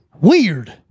Weird